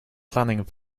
planning